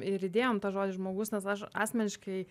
ir įdėjom tą žodį žmogus nes aš asmeniškai